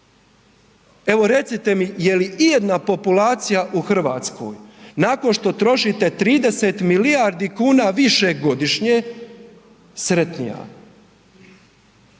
Evo recite mi je li ijedna populacija u Hrvatskoj nakon što trošite 30 milijardi kuna više godišnje sretnija?